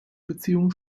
beziehung